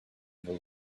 evil